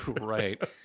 Right